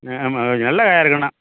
ம் ஆமாம் கொஞ்சம் நல்ல காயாக இருக்கணும்